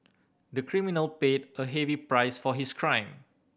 the criminal paid a heavy price for his crime